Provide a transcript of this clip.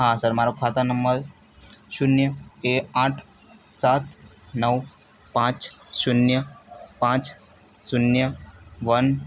હા સર મારો ખાતા નંબર શૂન્ય એક આઠ સાત નવ પાંચ શૂન્ય પાંચ શૂન્ય વન